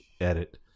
Edit